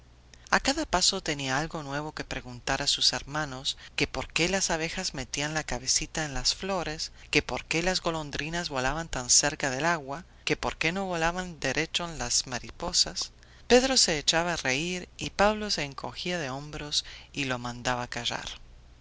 a cada paso tenía algo nuevo que preguntar a sus hermanos que por qué las abejas metían la cabecita en las flores que por qué las golondrinas volaban tan cerca del agua que por qué no volaban derecho las mariposas pedro se echaba a reír y pablo se encogía de hombros y lo mandaba callar